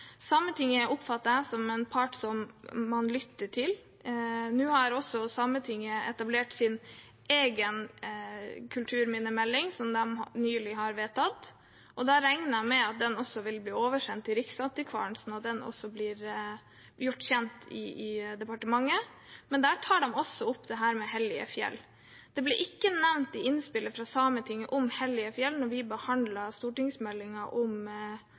jeg oppfatter som en part man lytter til. Nå har Sametinget etablert sin egen kulturminnemelding, som de nylig har vedtatt. Jeg regner med at den vil bli oversendt Riksantikvaren, slik at den også blir gjort kjent i departementet. Der tar de opp dette med hellige fjell. Da vi behandlet stortingsmeldingen om nye mål i kulturmiljøpolitikken, ble det i innspillet fra Sametinget ikke nevnt noe om hellige fjell,